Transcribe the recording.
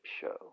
show